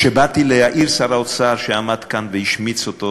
כשבאתי ליאיר, שר האוצר, שעמד כאן והשמיץ אותו